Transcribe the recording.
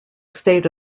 state